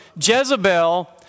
Jezebel